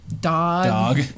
dog